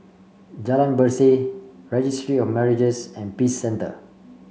Jalan Berseh Registry of Marriages and Peace Centre